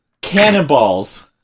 Cannonballs